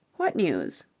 what news?